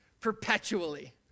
perpetually